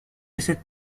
cette